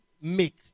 make